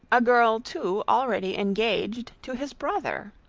a girl too already engaged to his brother,